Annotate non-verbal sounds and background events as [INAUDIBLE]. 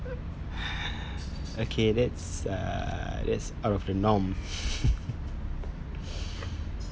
okay that's uh that's out of the norm [LAUGHS]